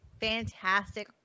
Fantastic